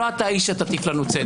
לא אתה האיש שתטיף לנו צדק.